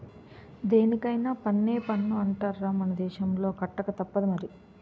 దేనికైన పన్నే పన్ను అంటార్రా మన దేశంలో కట్టకతప్పదు మరి